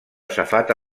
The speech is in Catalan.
safata